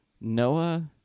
Noah